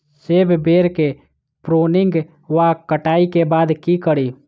सेब बेर केँ प्रूनिंग वा कटाई केँ बाद की करि?